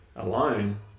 Alone